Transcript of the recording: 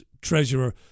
treasurer